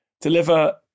deliver